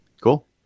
Cool